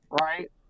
right